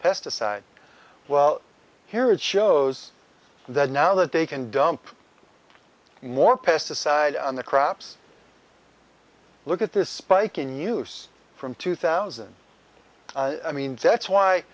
pesticides well here it shows that now that they can dump more pesticides on the crops look at this spike in use from two thousand i mean that's why